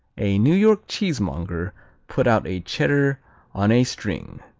a new york cheesemonger put out a cheddar on a string,